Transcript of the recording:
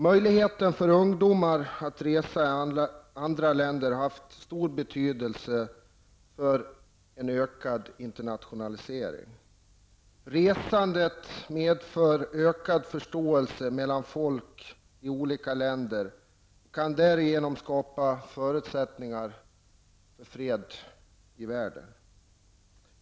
Möjligheten för ungdomar att resa i andra länder har haft stor betydelse för en ökad internationalisering. Resandet medför ökad förståelse mellan folk i olika länder och kan därigenom skapa förutsättningar för fred i världen.